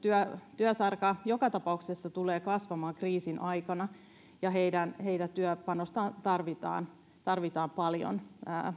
työsarka joka tapauksessa tulee kasvamaan kriisin aikana ja heidän työpanostaan tarvitaan tarvitaan paljon